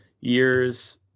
years